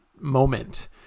moment